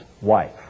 wife